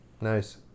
Nice